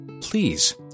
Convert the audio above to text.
Please